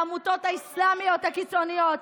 לעמותות האסלאמיות הקיצוניות,